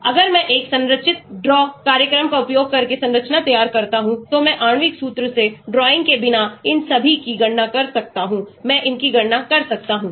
अगर मैं एक संरचित ड्रा कार्यक्रम का उपयोग करके संरचना तैयार करता हूं तो मैं आण्विक सूत्र से ड्राइंग के बिना इन सभी की गणना कर सकता हूं मैं इनकी गणना कर सकता हूं